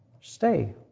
Stay